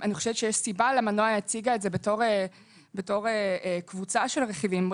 אני חושבת שיש סיבה לכך שנעה בן שבת הציגה את זה כקבוצה של רכיבים,